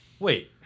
Wait